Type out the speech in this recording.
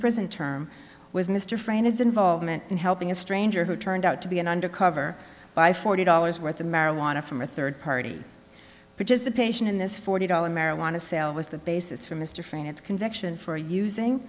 prison term was mr frey and his involvement in helping a stranger who turned out to be an undercover buy forty dollars worth of marijuana from a third party participation in this forty dollars marijuana sale was the basis for mr frank it's conviction for using